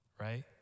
right